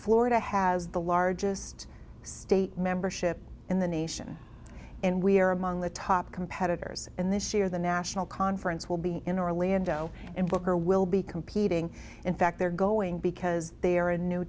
florida has the largest state membership in the nation and we are among the top competitors in this year the national conference will be in orlando and booker will be competing in fact they're going because they are a new